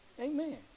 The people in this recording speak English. Amen